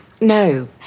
no